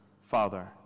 Father